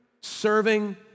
serving